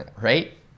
Right